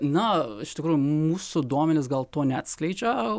na iš tikrųjų mūsų duomenys gal to neatskleidžia